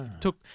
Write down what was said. took